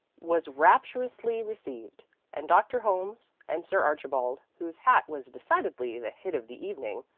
was rapturously received and dr. holmes and sir archibald, whose hat was decidedly the hit of the evening,